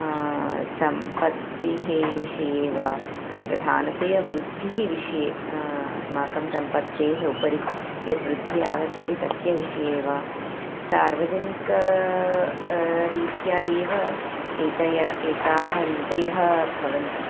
सम्पत्तिः विषये वा प्रधानतया वृद्धिः विषये अस्माकं सम्पत्तेः उपरि यद्वृद्धिः आगच्छति तस्य विषये वा सार्वजनिक रीत्या एव एता एताः नीतयः भवन्ति